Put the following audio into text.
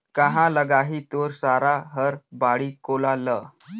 काँहा लगाही तोर सारा हर बाड़ी कोला ल